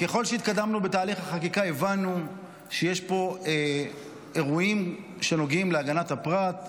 ככל שהתקדמנו בתהליך החקיקה הבנו שיש פה אירועים שנוגעים להגנת הפרט,